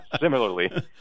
similarly